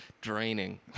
draining